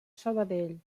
sabadell